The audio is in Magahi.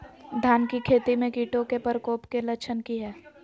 धान की खेती में कीटों के प्रकोप के लक्षण कि हैय?